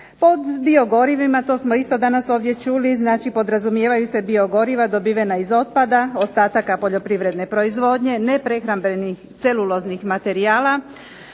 Pod biogorivima, to smo isto danas ovdje čuli, znači podrazumijevaju se biogoriva dobivena iz otpada, ostataka poljoprivredne proizvodnje, neprehrambenih celuloznih materijala,